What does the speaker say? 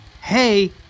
hey